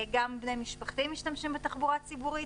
גם בני משפחתי משתמשים בתחבורה הציבורית.